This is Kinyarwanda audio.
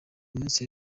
munsi